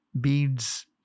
beads